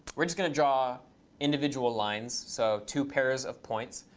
we're just going to draw individual lines. so two pairs of points.